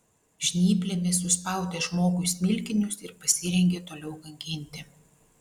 žnyplėmis suspaudė žmogui smilkinius ir pasirengė toliau kankinti